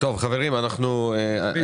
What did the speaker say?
מפונים על ידי מי?